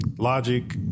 Logic